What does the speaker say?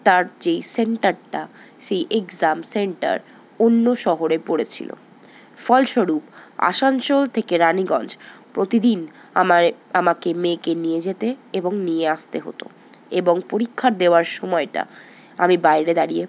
তার যে সেন্টারটা সেই এক্সাম সেন্টার অন্য শহরে পড়েছিলো ফলস্বরূপ আসানসোল থেকে রানীগঞ্জ প্রতিদিন আমায় আমাকে মেয়েকে নিয়ে যেতে এবং নিয়ে আসতে হতো এবং পরীক্ষা দেওয়ার সময়টা আমি বাইরে দাঁড়িয়ে